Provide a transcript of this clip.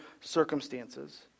circumstances